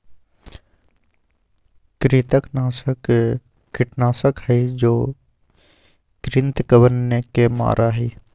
कृंतकनाशक कीटनाशक हई जो कृन्तकवन के मारा हई